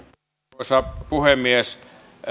arvoisa puhemies